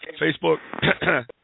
Facebook